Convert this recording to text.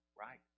right